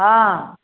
हँ